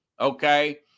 Okay